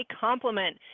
compliment